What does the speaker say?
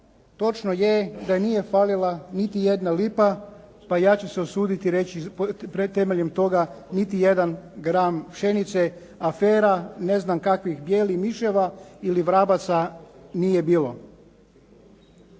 točno je da nije falila niti jedna lipa pa ja ću se usuditi reći temeljem toga niti jedan gram pšenice, afera ne znam kakvih bijelih miševa ili vrabaca nije bilo.